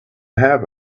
have